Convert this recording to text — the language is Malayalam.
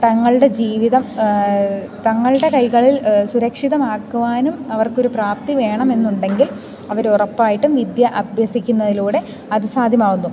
തങ്ങളുടെ ജീവിതം തങ്ങളുടെ കൈകളിൽ സുരക്ഷിതമാക്കുവാനും അവർക്കൊരു പ്രാപ്തി വേണമെന്നുണ്ടെങ്കിൽ അവരുറപ്പായിട്ടും വിദ്യ അഭ്യസിക്കുന്നതിലൂടെ അത് സാധ്യമാവുന്നു